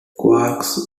quarks